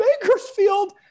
Bakersfield